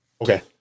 Okay